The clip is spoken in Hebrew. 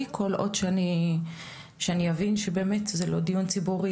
כל עוד שאני אבין שבאמת זה לא דיון ציבורי,